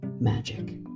magic